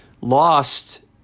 lost